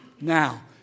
now